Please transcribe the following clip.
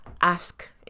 ask